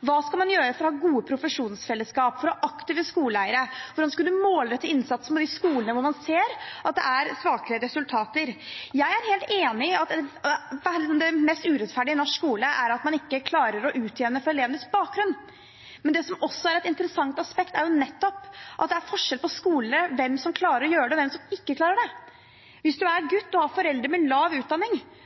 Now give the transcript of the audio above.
hva man skal gjøre for å ha gode profesjonsfellesskap, for å ha aktive skoleeiere, og hvordan man skal måle etter innsatsen i de skolene hvor man ser at det er svakere resultater. Jeg er helt enig i at det mest urettferdige i norsk skole er at man ikke klarer å utjevne for elevenes bakgrunn. Men det som også er et interessant aspekt, er nettopp at det er forskjell på skolene – hvem som klarer å gjøre det, og hvem som ikke klarer det. Hvis man er gutt, har foreldre med lav utdanning